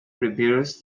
reveals